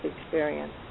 experience